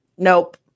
nope